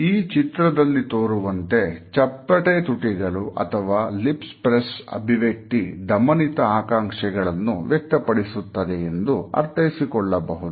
ಈ ಚಿತ್ರದಲ್ಲಿ ತೋರುವಂತೆ ಚಪ್ಪಟೆ ತುಟಿಗಳು ಅಥವಾ ಲಿಪ್ಸ್ ಪ್ರೆಸ್ ಅಭಿವ್ಯಕ್ತಿ ದಮನಿತ ಆಕಾಂಕ್ಷೆಗಳನ್ನು ವ್ಯಕ್ತಪಡಿಸುತ್ತದೆ ಎಂದು ಅರ್ಥೈಸಿಕೊಳ್ಳಬಹುದು